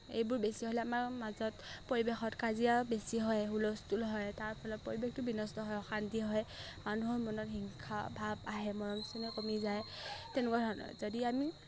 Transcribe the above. এইবোৰ বেছি হ'লে আমাৰ মাজত পৰিৱেশত কাজিয়াও বেছি হয় হুলস্থুল হয় তাৰ ফলত পৰিৱেশটো বিনষ্ট হয় অশান্তি হয় মানুহৰ মনত হিংসা ভাৱ আহে মৰম চেনেহ কমি যায় তেনেকুৱা ধৰণৰ যদি আমি